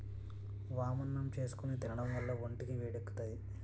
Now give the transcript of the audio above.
వామన్నం చేసుకుని తినడం వల్ల ఒంటికి వేడెక్కుతాది